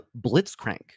Blitzcrank